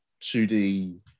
2D